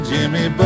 Jimmy